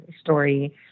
story